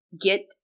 get